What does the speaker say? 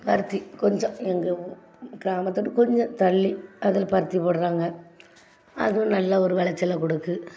பருத்தி கொஞ்சம் எங்கள் கிராமத்தை விட்டு கொஞ்சம் தள்ளி அதில் பருத்தி போடுறாங்க அதுவும் நல்ல ஒரு வெளச்சலை கொடுக்கு